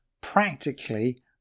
practically